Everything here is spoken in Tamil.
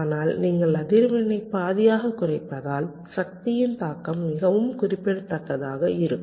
ஆனால் நீங்கள் அதிர்வெண்ணை பாதியாகக் குறைப்பதால் சக்தியின் தாக்கம் மிகவும் குறிப்பிடத்தக்கதாக இருக்கும்